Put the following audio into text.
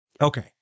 Okay